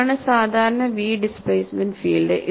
ഇതാണ് സാധാരണ V displacement field